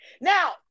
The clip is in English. Now